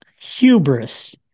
hubris